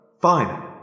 Fine